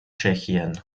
tschechien